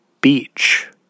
Beach